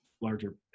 larger